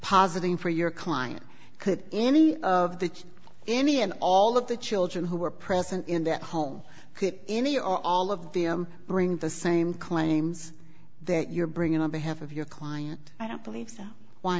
positing for your client could any of the any and all of the children who were present in that home could any or all of the bring the same claims that you're bringing on behalf of your client i don't believe so why